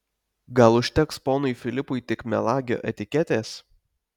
gal užteks ponui filipui tik melagio etiketės